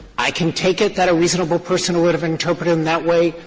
i can take it that a reasonable person would have interpreted them that way.